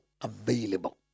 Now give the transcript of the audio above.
available